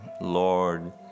Lord